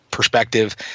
perspective